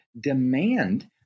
demand